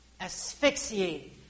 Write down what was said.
asphyxiated